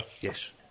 Yes